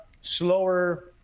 slower